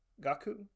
Gaku